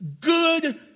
good